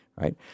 right